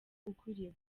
ukwiriye